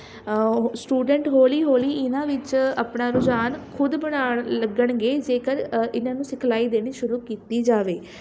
student ਹੌਲੀ ਹੌਲੀ ਇਹਨਾਂ ਵਿੱਚ ਆਪਣਾ ਰੁਝਾਨ ਖ਼ੁਦ ਬਣਾਉਣ ਲੱਗਣਗੇ ਜੇਕਰ ਇਹਨਾਂ ਨੂੰ ਸਿਖਲਾਈ ਦੇਣੀ ਸ਼ੁਰੂ ਕੀਤੀ ਜਾਵੇ